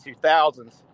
2000s